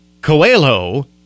Coelho